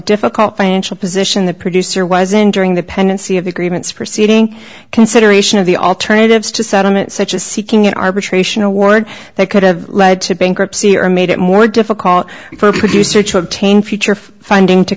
difficult financial position the producer was in during the pendency of agreements proceeding consideration of the alternatives to settlement such as seeking an arbitration award that could have led to bankruptcy or made it more difficult for producer to tame future funding to